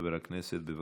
חבר הכנסת, בבקשה,